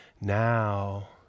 Now